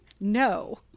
No